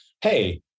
Hey